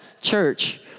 church